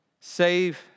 save